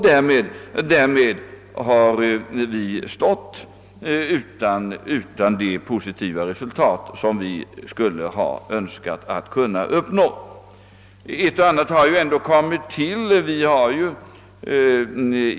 Därmed har vi inte nått de positiva resultat som vi önskat. Men ett och annat har ändå tillkommit.